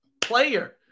player